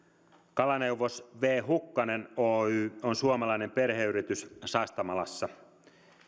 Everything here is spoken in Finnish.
kalaneuvos viiden hukkanen oy on suomalainen perheyritys sastamalassa